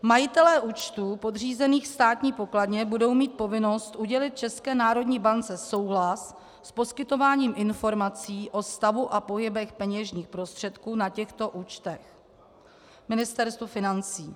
Majitelé účtů podřízených státní pokladně budou mít povinnost udělit České národní bance souhlas s poskytováním informací o stavu a pohybech peněžních prostředků na těchto účtech Ministerstvu financí.